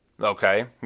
Okay